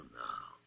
now